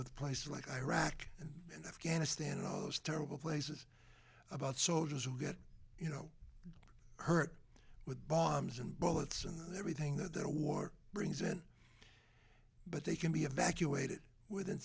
with places like iraq and afghanistan and all those terrible places about soldiers who get you know hurt with bombs and bullets and everything that their war brings in but they can be evacuated within